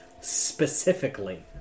specifically